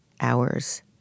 hours